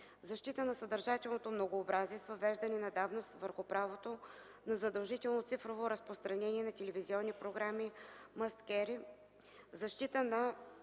защита на съдържателното многообразие с въвеждане на давност върху правото на задължителното цифрово разпространение на телевизионни програми must carry (маст кери); - защита на